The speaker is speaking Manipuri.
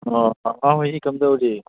ꯑꯣ ꯄꯥꯄꯥ ꯍꯣꯏ ꯀꯝꯗꯧꯔꯤ